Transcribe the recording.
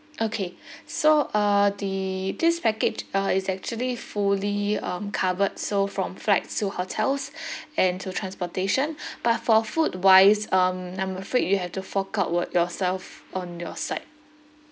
okay so uh the this package uh is actually fully um covered so from flights to hotels and to transportation but for food wise um I'm afraid you have to fork out with yourself on your side